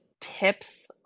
tips